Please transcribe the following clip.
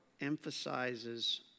emphasizes